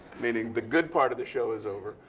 meaning the good part of the show is over.